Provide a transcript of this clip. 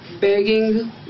begging